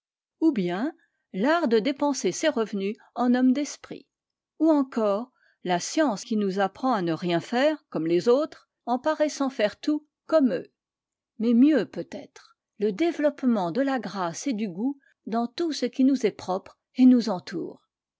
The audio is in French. ou bien l'art de dépenser ses revenus en homme d'esprit ou encore la science qui nous apprend à ne rien faire comme les autres en paraissant faire tout comme eux mais mieux peut-être le développement de la grâce et du goût dans tout ce qui nous est propre et nous entoure